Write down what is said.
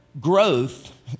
growth